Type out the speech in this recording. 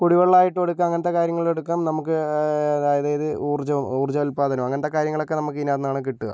കുടിവെളളമായിട്ടും എടുക്കാം അങ്ങനത്തെ കാര്യങ്ങൾക്കെടുക്കാം നമുക്ക് അതായത് ഇത് ഊർജ്ജവും ഊർജ്ജ ഉത്പാദനവും അങ്ങനത്തെ കാര്യങ്ങളൊക്കെ നമുക്ക് ഇതിനകത്തുനിന്നാണ് കിട്ടുക